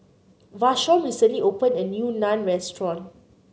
Vashon recently opened a new Naan Restaurant